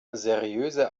seriöse